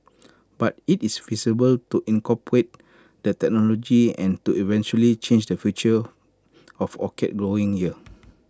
but IT is feasible to incorporate that technology and to eventually change the future of orchid growing here